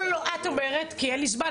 את אומרת כי אין לי זמן.